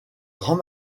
grand